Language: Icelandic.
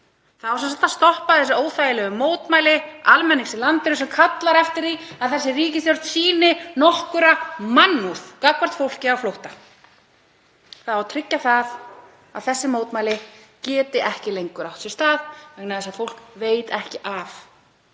Það á sem sagt að stoppa þessi óþægilegu mótmæli almennings í landinu sem kallar eftir því að þessi ríkisstjórn sýni einhverja mannúð gagnvart fólki á flótta. Það á að tryggja að þessi mótmæli geti ekki lengur átt sér stað með því að almenningur viti ekki af